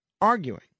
arguing